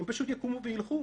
הם פשוט יקומו וילכו.